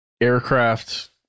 Aircraft